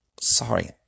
Sorry